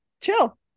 chill